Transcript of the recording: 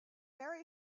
marry